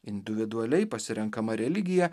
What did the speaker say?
individualiai pasirenkama religija